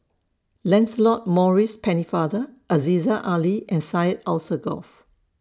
Lancelot Maurice Pennefather Aziza Ali and Syed Alsagoff